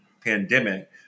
pandemic